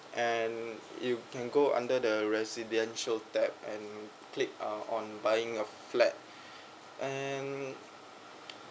and you can go under the residential tab and click uh on buying a flat and